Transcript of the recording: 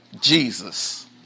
jesus